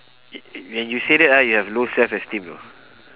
when you say that ah you have low self esteem you know